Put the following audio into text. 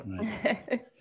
right